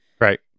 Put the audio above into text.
Right